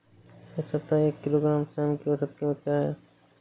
इस सप्ताह एक किलोग्राम सेम की औसत कीमत क्या है?